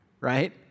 right